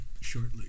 shortly